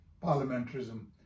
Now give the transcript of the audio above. parliamentarism